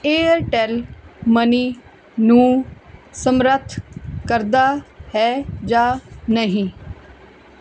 Airtel money ਨੂੰ ਸਮਰੱਥ ਕਰਦਾ ਹੈ ਜਾਂ ਨਹੀਂ